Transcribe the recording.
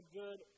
good